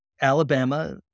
Alabama